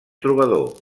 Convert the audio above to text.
trobador